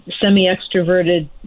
semi-extroverted